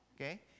Okay